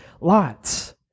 lots